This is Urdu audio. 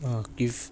عاقف